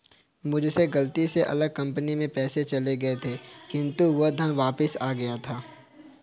मुझसे गलती से अलग कंपनी में पैसे चले गए थे किन्तु वो धन वापिस आ गया था